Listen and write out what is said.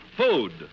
food